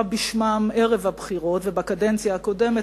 בשמם ערב הבחירות ובקדנציה הקודמת,